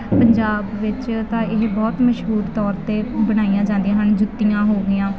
ਪੰਜਾਬ ਵਿੱਚ ਤਾਂ ਇਹ ਬਹੁਤ ਮਸ਼ਹੂਰ ਤੌਰ 'ਤੇ ਬਣਾਈਆਂ ਜਾਂਦੀਆਂ ਹਨ ਜੁੱਤੀਆਂ ਹੋ ਗਈਆਂ